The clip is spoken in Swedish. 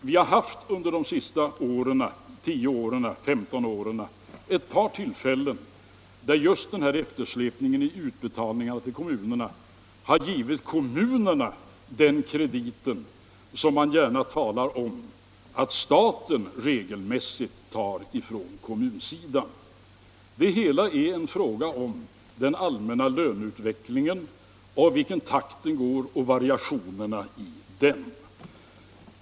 Vi har under de senaste 10-15 åren haft ett par tillfällen där just den här eftersläpningen i utbetalningarna till kommunerna har givit kommunerna den kredit som man gärna talar om att staten regelmässigt tar från kommunsidan. Det hela är en fråga om den allmänna löneutvecklingen; i vilken takt den går och variationerna i den.